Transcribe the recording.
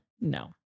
No